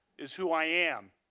is who i am.